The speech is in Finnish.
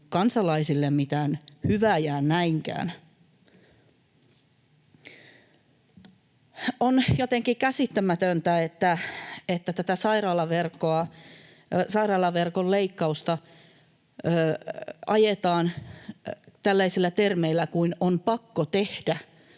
kansalaisille mitään hyvää jää näinkään. On jotenkin käsittämätöntä, että tätä sairaalaverkon leikkausta ajetaan läpi tällaisilla termeillä kuin ”on pakko tehdä”,